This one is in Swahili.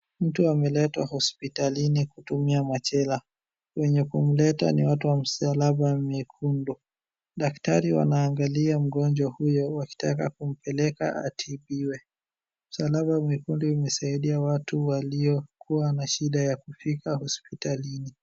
Mtu ameletwa hosipitalini kutumia machela. Wenye kumleta ni watu wa misalaba miekundu. Daktari wanaangalia mgonjwa huyo